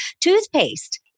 Toothpaste